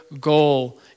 goal